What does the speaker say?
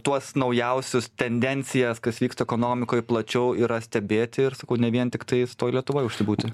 tuos naujausius tendencijas kas vyksta ekonomikoj plačiau yra stebėti ir sakau ne vien tiktais toj lietuvoj užsibūti